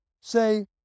say